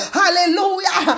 hallelujah